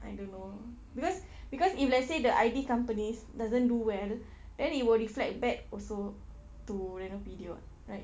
I don't know because because if let's say the I_D companies doesn't do well then it will reflect back also to Renopedia [what] right